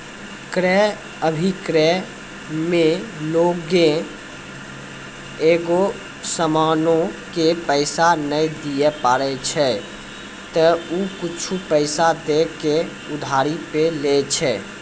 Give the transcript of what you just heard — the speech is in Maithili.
क्रय अभिक्रय मे लोगें एगो समानो के पैसा नै दिये पारै छै त उ कुछु पैसा दै के उधारी पे लै छै